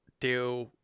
deal